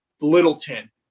Littleton